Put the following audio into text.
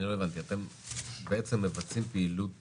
אתם בעצם מבצעים פעילות